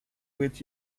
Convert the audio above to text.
with